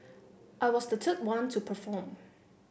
I was the third one to perform